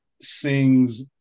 sings